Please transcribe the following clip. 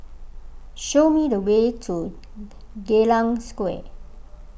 show me the way to Geylang Square